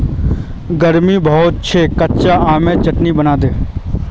गर्मी बहुत छेक कच्चा आमेर चटनी बनइ दे